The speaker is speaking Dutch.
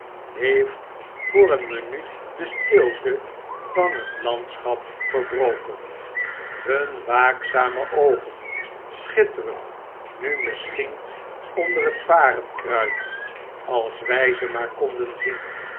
heeft voor een minuut de stilte van het landschap verbroken hun waakzame oogen schitteren nu misschien onder het varenkruid als wy ze maar konden zien